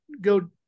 go